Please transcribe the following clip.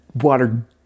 water